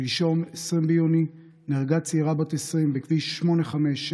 שלשום, 20 ביוני, נהרגה צעירה בת 20 בכביש 8566,